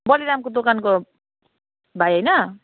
बलिरामको दोकानको भाइ होइन